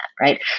right